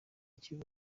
ikibi